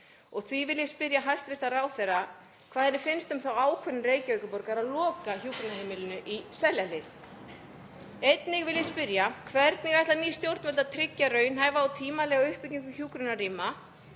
Því vil ég spyrja hæstv. ráðherra hvað henni finnst um þá ákvörðun Reykjavíkurborgar að loka hjúkrunarheimilinu í Seljahlíð. Einnig vil ég spyrja: Hvernig ætla ný stjórnvöld að tryggja raunhæfa og tímanlega uppbyggingu hjúkrunarrýma